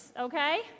okay